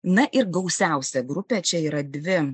na ir gausiausia grupė čia yra dvi